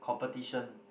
competition